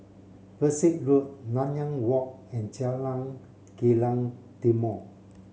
Pesek Road Nanyang Walk and Jalan Kilang Timor